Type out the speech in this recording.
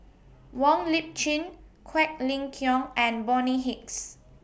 Wong Lip Chin Quek Ling Kiong and Bonny Hicks